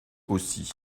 aussi